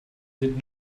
did